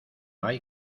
hay